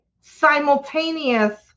simultaneous